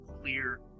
clear